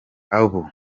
abo